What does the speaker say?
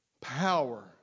power